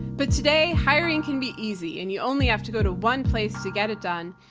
but today hiring can be easy and you only have to go to one place to get it done.